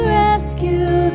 rescue